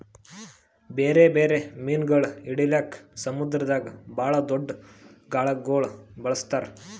ಬ್ಯಾರೆ ಬ್ಯಾರೆ ಮೀನುಗೊಳ್ ಹಿಡಿಲುಕ್ ಸಮುದ್ರದಾಗ್ ಭಾಳ್ ದೊಡ್ದು ಗಾಳಗೊಳ್ ಬಳಸ್ತಾರ್